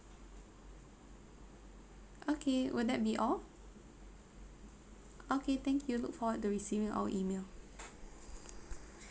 okay will that be all okay thank you look forward to receiving your email